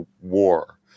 war